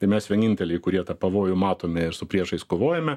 tai mes vieninteliai kurie tą pavojų matome ir su priešais kovojame